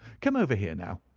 come over here now!